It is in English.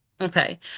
Okay